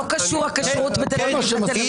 לא קשורה הכשרות בתל אביב לתל אביב?